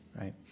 Right